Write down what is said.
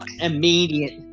immediate